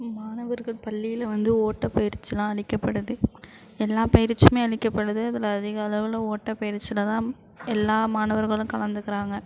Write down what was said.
மாணவர்கள் பள்ளியில் வந்து ஓட்டப்பயிற்சிலாம் அளிக்கப்படுது எல்லா பயிற்சியும் அளிக்கப்படுது அதில் அதிக அளவில் ஓட்டப்பயிற்சியில் தான் எல்லா மாணவர்களும் கலந்துக்கிறாங்க